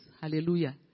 Hallelujah